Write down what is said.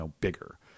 bigger